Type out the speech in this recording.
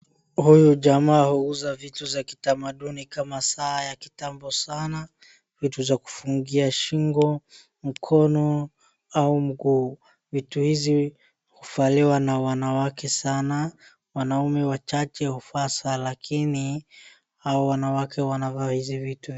Huyu jamaa huuza vitu za kitamaduni kama saa ya kitambo sana vitu za kufungia shingo, mkono au mguu vitu hizi huwaliwa na wanawake sana, wannaume wachache huvaa saa lakini hao wanawake wanavaa hizi vitu